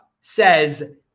says